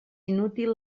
inútil